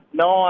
no